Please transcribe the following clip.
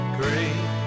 great